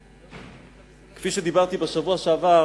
כפי שדיברתי בשבוע שעבר,